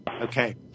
Okay